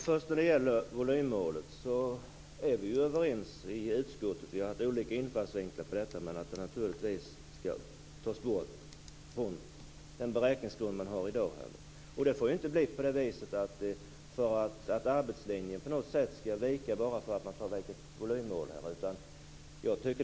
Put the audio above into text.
Herr talman! Vi är överens i utskottet om volymmålet. Vi har haft olika infallsvinklar, men de skall tas bort från den beräkningsgrund som finns i dag. Arbetslinjen får inte vika för att ett volymmål tas bort.